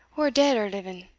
or dead or living.